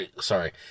sorry